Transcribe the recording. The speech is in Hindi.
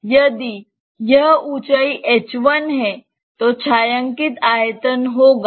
यदि यह ऊँचाई h1 है तो छायांकित आयतन होगा